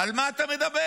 על מה אתה מדבר?